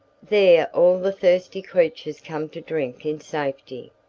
there all the thirsty creatures come to drink in safety.